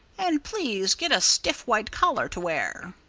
and please get a stiff white collar to wear.